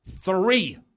Three